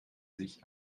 sich